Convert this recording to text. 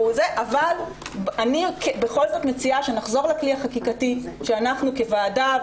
אבל אני בכל זאת מציעה שנחזור לכלי החקיקתי שאנחנו כוועדה,